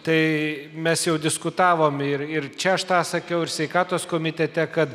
tai mes jau diskutavom ir ir čia aš tą sakiau ir sveikatos komitete kad